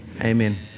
Amen